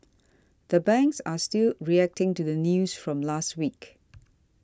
the banks are still reacting to the news from last week